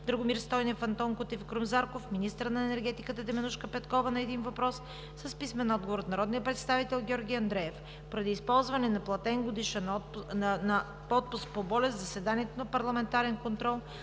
Драгомир Стойнев, Антон Кутев и Крум Зарков; - министърът на енергетиката Теменужка Петкова – на един въпрос с писмен отговор от народния представител Георги Андреев. Поради ползване на отпуск по болест в заседанието за парламентарен контрол